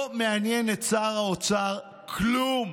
לא מעניין את שר האוצר כלום